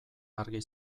argi